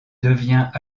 devient